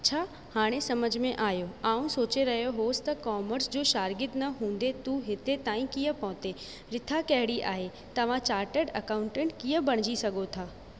अछा हाणे सम्झि में आयो आउं सोचे रहियो होसि त कॉमर्स जो शार्गिदु न हूंदे तूं हिते ताईं कीअं पहुतें रिथा कहिड़ी आहे तव्हां चार्टर्ड अकाउंटंट कीअं बणिजी सघो था